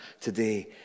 today